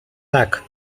tak